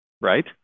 right